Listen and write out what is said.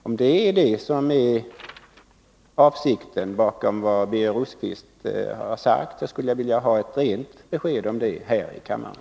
Om det är detta som är avsikten bakom vad Birger Rosqvist har sagt, skulle jag vilja ha ett rent besked om det här i kammaren.